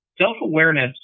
self-awareness